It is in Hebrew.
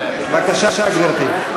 בבקשה, גברתי.